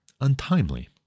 untimely